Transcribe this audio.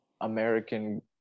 American